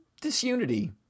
disunity